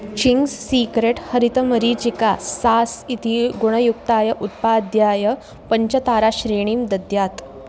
Ching's secret हरितमरीचिका sauce इति गुणयुक्ताय उत्पाद्याय पञ्चताराश्रेणीं दद्यात्